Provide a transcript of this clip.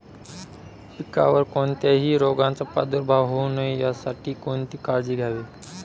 पिकावर कोणत्याही रोगाचा प्रादुर्भाव होऊ नये यासाठी कोणती काळजी घ्यावी?